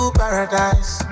paradise